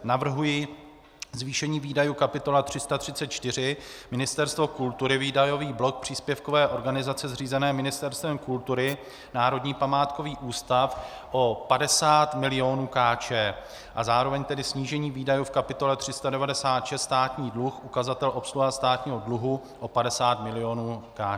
Navrhuji zvýšení výdajů kapitola 334 Ministerstvo kultury, výdajový blok příspěvkové organizace zřízené Ministerstvem kultury, Národní památkový ústav o 50 mil. korun a zároveň snížení výdajů v kapitole 396 Státní dluh, ukazatel obsluha státního dluhu o 50 mil. korun.